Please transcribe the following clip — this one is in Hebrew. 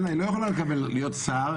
היא לא יכולה לקבל להיות שר,